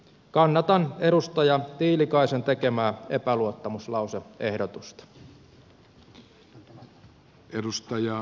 kannatan edustaja tiilikaisen tekemää epäluottamuslause ehdotusta